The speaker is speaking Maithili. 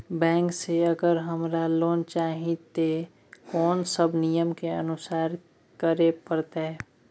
बैंक से अगर हमरा लोन चाही ते कोन सब नियम के अनुसरण करे परतै?